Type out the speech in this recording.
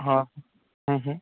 हां